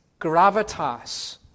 Gravitas